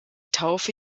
taufe